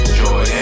joy